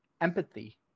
empathy